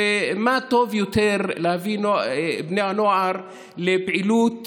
מה טוב יותר מלהביא בני נוער לפעילות